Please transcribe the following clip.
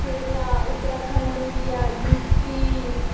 केरला उत्तराखंड होइया यू पी